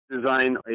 design